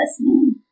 listening